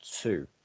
two